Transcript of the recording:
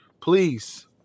please